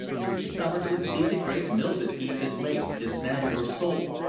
two summers would see the great mills at beeson lake dismantled or sold,